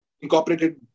incorporated